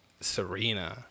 Serena